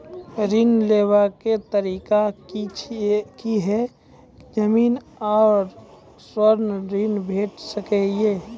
ऋण लेवाक तरीका की ऐछि? जमीन आ स्वर्ण ऋण भेट सकै ये?